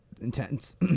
Intense